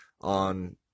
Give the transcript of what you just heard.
on